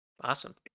Awesome